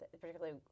particularly